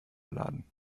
laden